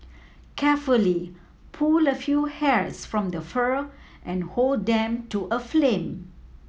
carefully pull a few hairs from the fur and hold them to a flame